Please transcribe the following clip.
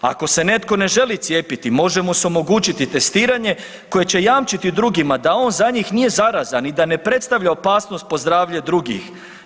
Ako se netko ne želi cijepiti može mu se omogućiti testiranje koje će jamčiti drugima da on za njih nje zarazan i da ne predstavlja opasnost po zdravlje drugih.